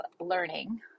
learning